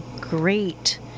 great